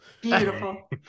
beautiful